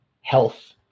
health